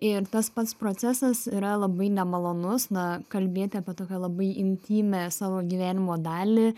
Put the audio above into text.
ir tas pats procesas yra labai nemalonus na kalbėti apie tokią labai intymią savo gyvenimo dalį